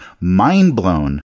mind-blown